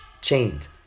chained